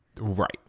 Right